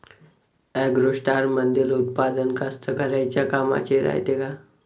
ॲग्रोस्टारमंदील उत्पादन कास्तकाराइच्या कामाचे रायते का?